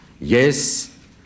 Yes